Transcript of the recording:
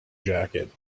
jacket